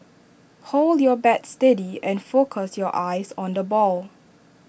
hold your bat steady and focus your eyes on the ball